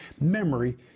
Memory